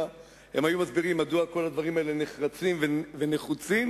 הם היו מסבירים מדוע הדברים האלה נחרצים ונחוצים,